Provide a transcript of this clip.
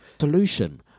Solution